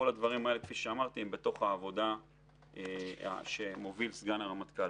כל הדברים האלה הם תוך העבודה שמוביל סגן הרמטכ"ל.